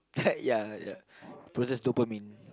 yeah yeah possess dopamine